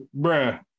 bruh